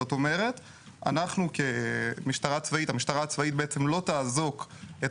זאת אומרת שמשטרה הצבאית לא תאזוק את